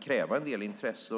kräva en del intresse.